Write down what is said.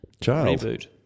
reboot